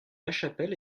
lachapelle